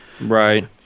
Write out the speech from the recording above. Right